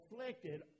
afflicted